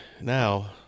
now